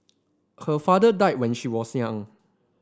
her father died when she was young